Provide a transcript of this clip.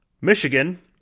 Michigan